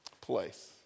place